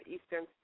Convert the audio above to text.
Eastern